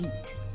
eat